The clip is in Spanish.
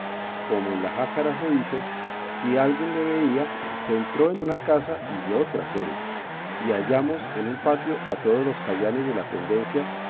pólvora y habiendo mi amo avizorado como en la jácara se dice si alguien le veía se entró en una casa y yo tras él y hallamos en un patio a todos los jayanes de la pendencia